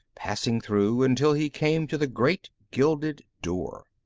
passing through, until he came to the great gilded door.